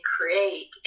create